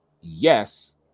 yes